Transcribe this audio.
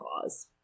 cause